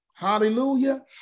Hallelujah